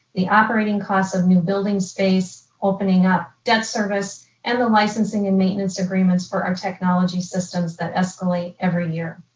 the operating costs of new building space, opening up debt service and the licensing and maintenance agreements for our um technology systems that escalate every year.